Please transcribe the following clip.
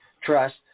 trust